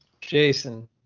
Jason